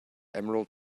emerald